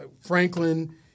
Franklin